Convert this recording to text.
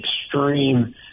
extreme